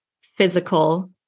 physical